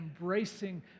embracing